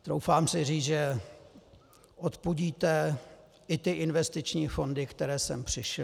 Troufám si říct, že odpudíte i ty investiční fondy, které sem přišly.